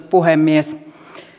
puhemies